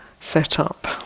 setup